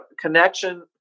connection